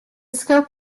scope